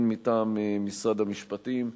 הן מטעם משרד המשפטים,